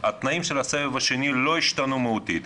פרסמנו את המתווה, באנו בדברים עם ארגוני הגננות.